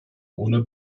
ohne